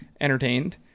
entertained